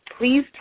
Please